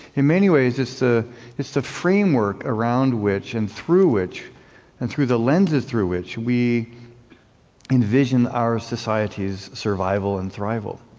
in many ways it's the it's the framework around which and through which and through the lens through which we envision our society's survival and thrive-al.